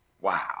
Wow